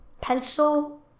Pencil